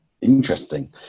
interesting